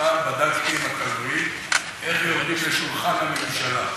פעם בדקתי עם הקלנועית איך יורדים לשולחן הממשלה.